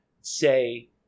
Say